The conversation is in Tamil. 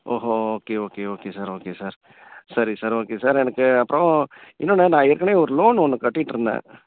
ஓஹோ okay okay okay sir okay sir சரி சார் ஓகே சார் எனக்கு அப்புறம் இன்னொன்று நான் ஏற்கனவே ஒரு லோன் ஒன்று கட்டிக்ட்டுருந்தேன்